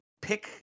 pick